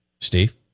Steve